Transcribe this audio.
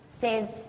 says